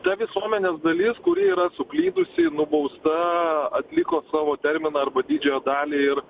ta visuomenės dalis kuri yra suklydusi nubausta atliko savo terminą arba didžiąją dalį ir